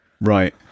Right